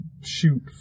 shoot